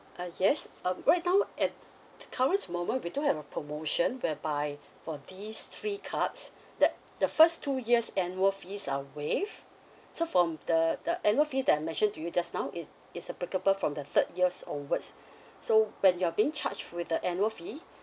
uh yes um right now at current moment we do have a promotion whereby for these three cards the the first two years annual fees are waived so from the the annual fee that I mentioned to you just now is is applicable from the third years onwards so when you're being charged with the annual fee